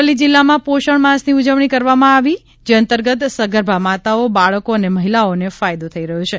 અરવલ્લી જિલ્લામાં પોષણ માસની ઉજવણી કરવામાં આવી રહી છે જે અંતર્ગત સગર્ભા માતાઓ બાળકો અને મહિલાઓને ફાયદો થઇ રહ્યો છે